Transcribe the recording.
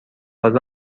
باز